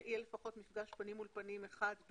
לפחות מפגש אחד פנים מול פנים בין